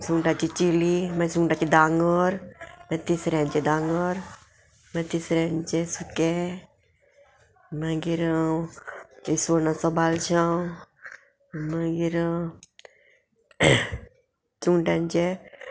सुंगटाची चिली मागीर सुंगटाची डांगर मागीर तिसऱ्यांचे दांगर मागीर तिसऱ्यांचे सुकें मागीर तिसवणाचो बालचांव मागीर सुंगटांचे